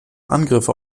angriffe